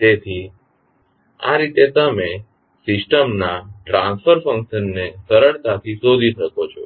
તેથી આ રીતે તમે સિસ્ટમના ટ્રાંસફર ફંકશનને સરળતાથી શોધી શકો છો